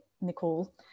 Nicole